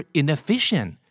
inefficient